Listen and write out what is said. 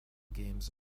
games